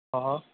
હા